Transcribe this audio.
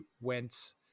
went